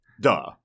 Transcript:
Duh